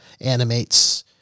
animates